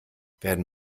werden